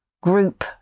group